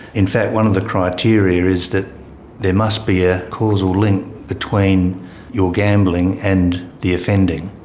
in fact one of the criteria is that there must be a causal link between your gambling and the offending.